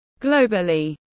Globally